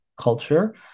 culture